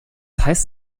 heißt